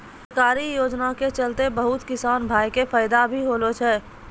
सरकारी योजना के चलतैं बहुत किसान भाय कॅ फायदा भी होलो छै